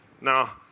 Now